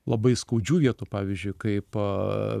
labai skaudžių vietų pavyzdžiui kaip